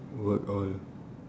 work all